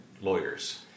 lawyers